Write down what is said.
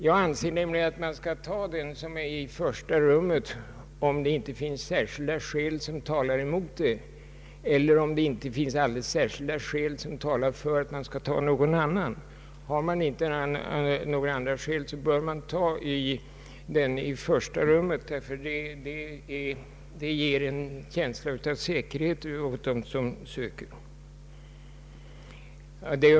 Jag anser nämligen att man skall ta den som står upptagen i första rummet, om inte särskilda skäl talar emot det och om det inte finns alldeles särskilda skäl som talar för att man skall ta någon annan. Föreligger inga andra skäl bör man välja den som är upptagen i första rummet, därför att det ger en känsla av säkerhet hos dem som söker.